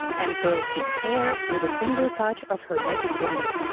and curled his hair with a single touch of her magic wand.